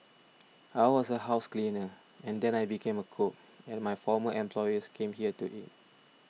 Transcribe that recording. I was a house cleaner and then I became a cook and my former employers came here to eat